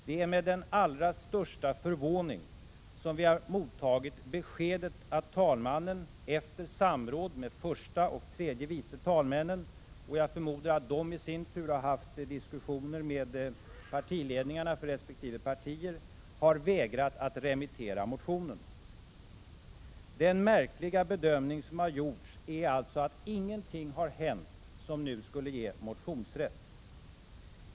Det är med den allra största förvåning vi har mottagit beskedet att talmannen efter samråd med förste och tredje vice talmännen — och jag förmodar att de i sin tur har haft diskussioner med resp. partiledningar — vägrat att remittera motionen. Den märkliga bedömning som gjorts är alltså att ingenting har hänt som nu skulle ge motionsrätt.